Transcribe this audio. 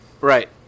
Right